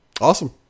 Awesome